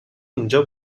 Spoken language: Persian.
اینجا